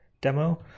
demo